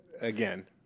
again